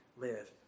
live